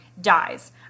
dies